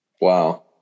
Wow